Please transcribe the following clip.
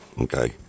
Okay